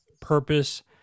Purpose